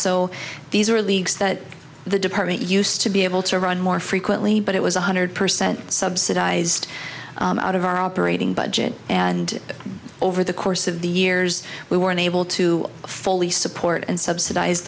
so these are leagues that the department used to be able to run more frequently but it was one hundred percent subsidized out of our operating budget and over the course of the years we were unable to fully support and subsidize